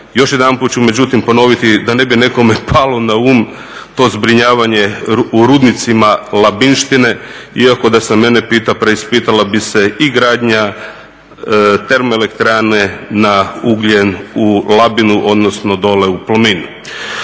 Još jedanput ću međutim ponoviti da ne bi nekome palo na um to zbrinjavanje u rudnicima Labinštine, iako da se mene pita, preispitala bi se i gradnja termoelektrane na ugljen u Labinu, odnosno dolje u ….